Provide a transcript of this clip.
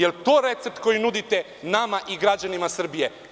Da li je to recept koji nudite nama i građanima Srbije?